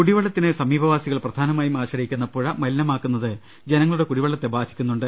കുടിവെളളത്തിന് സമീപവാസികൾ പ്രധാനമായും ആശ്രയി ക്കുന്ന പുഴ മലിനമാക്കുന്നത് ജനങ്ങളുടെ കുടിവെളളത്തെ ബാധി ക്കുന്നുണ്ട്